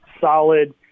solid